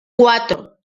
cuatro